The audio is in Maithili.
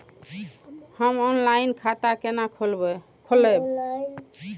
हम ऑनलाइन खाता केना खोलैब?